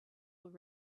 were